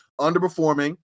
underperforming